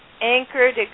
anchored